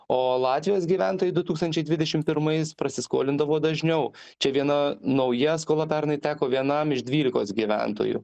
o latvijos gyventojai du tūkstančiai dvidešim pirmais prasiskolindavo dažniau čia viena nauja skola pernai teko vienam iš dvylikos gyventojų